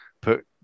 put